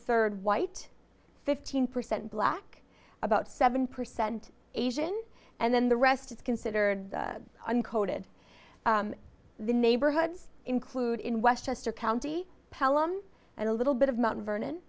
third white fifteen percent black about seven percent asian and then the rest is considered uncoded the neighborhoods include in westchester county pelham and a little bit of mount vernon